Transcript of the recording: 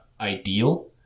ideal